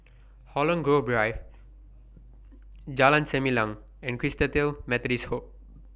Holland Grove Drive Jalan Selimang and Christalite Methodist Home